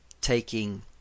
taking